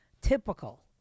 typical